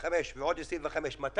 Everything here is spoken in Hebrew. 45 מיליון ועוד 25 מיליון שקל.